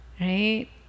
right